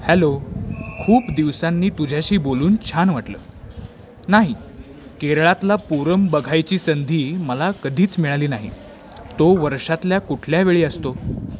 hello खूप दिवसांनी तुझ्याशी बोलून छान वाटलं नाही केरळातला पूरम बघायची संधी मला कधीच मिळाली नाही तो वर्षातल्या कुठल्या वेळी असतो